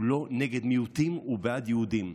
הוא לא נגד מיעוטים, הוא בעד יהודים.